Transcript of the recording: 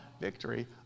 victory